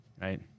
Right